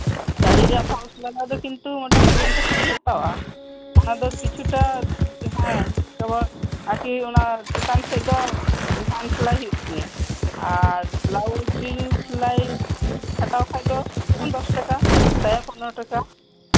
ᱥᱟᱹᱲᱤ ᱨᱮᱭᱟᱜ ᱯᱷᱚᱞᱥ ᱞᱟᱜᱟᱣ ᱫᱚ ᱠᱤᱱᱛᱩ ᱢᱳᱴᱟᱢᱩᱴᱤ ᱯᱚᱧᱪᱟᱥ ᱴᱟᱠᱟᱧ ᱦᱟᱛᱟᱣᱟ ᱚᱱᱟ ᱫᱚ ᱠᱤᱪᱷᱩᱴᱟ ᱦᱮᱸ ᱛᱳᱢᱟᱨ ᱟᱨᱠᱤ ᱚᱱᱟ ᱪᱮᱛᱟᱱ ᱥᱮᱫ ᱫᱚ ᱦᱮᱢ ᱥᱮᱞᱟᱭ ᱦᱩᱭᱩᱜ ᱛᱤᱧᱟ ᱟᱨ ᱵᱮᱞᱟᱩᱡ ᱥᱮᱞᱟᱭ ᱠᱷᱟᱴᱟᱣ ᱠᱷᱟᱡ ᱫᱚ ᱫᱚᱥ ᱴᱟᱠᱟ ᱥᱟᱭᱟ ᱯᱚᱱᱮᱨᱚ ᱴᱟᱠᱟ